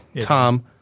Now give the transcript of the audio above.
Tom